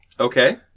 Okay